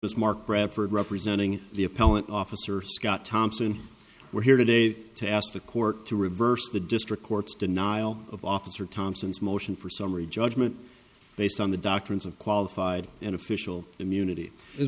is mark bradford representing the appellant officer scott thompson we're here today to ask the court to reverse the district court's denial of officer thompson's motion for summary judgment based on the doctrines of qualified and official immunity